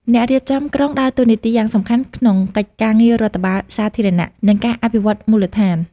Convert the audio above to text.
អ្នករៀបចំក្រុងដើរតួនាទីយ៉ាងសំខាន់ក្នុងកិច្ចការងាររដ្ឋបាលសាធារណៈ និងការអភិវឌ្ឍមូលដ្ឋាន។